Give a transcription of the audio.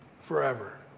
forever